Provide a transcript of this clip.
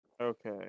Okay